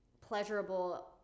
pleasurable